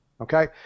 okay